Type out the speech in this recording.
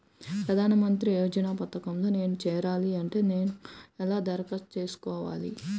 ప్రధాన మంత్రి యోజన పథకంలో నేను చేరాలి అంటే నేను ఎలా దరఖాస్తు చేసుకోవాలి?